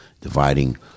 dividing